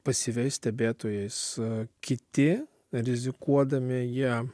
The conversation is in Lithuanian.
pasyviais stebėtojais a kiti rizikuodami jie